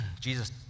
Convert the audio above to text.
Jesus